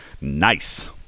Nice